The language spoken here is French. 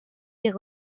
des